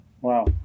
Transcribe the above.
Wow